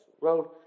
road